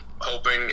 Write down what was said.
Hoping